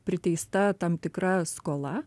priteista tam tikra skola